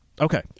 Okay